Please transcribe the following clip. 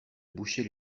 boucher